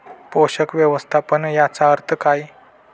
पोषक व्यवस्थापन याचा अर्थ काय?